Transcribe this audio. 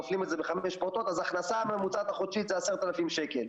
כופלים את זה בחמישה פעוטות כך שההכנסה הממוצעת החודשית היא 10,000 שקל.